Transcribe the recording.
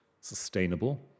sustainable